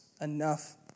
enough